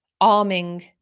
arming